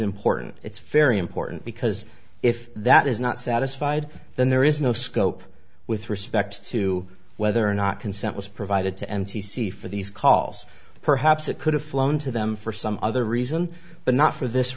important it's very important because if that is not satisfied then there is no scope with respect to whether or not consent was provided to m t c for these calls perhaps it could have flown to them for some other reason but not for this